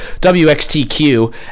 WXTQ